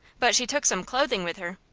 but she took some clothing with her?